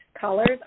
callers